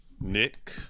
Nick